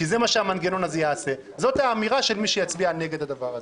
זאת האמירה של מי שיצביע נגד הדבר הזה.